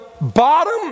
bottom